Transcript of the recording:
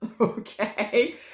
okay